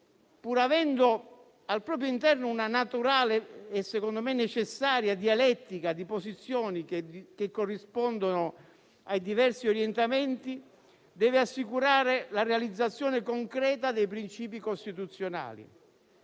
pur avendo al proprio interno una naturale e, secondo me, necessaria dialettica di posizioni, che corrispondono ai diversi orientamenti, deve assicurare la realizzazione concreta dei principi costituzionali.